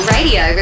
Radio